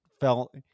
felt